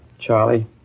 Charlie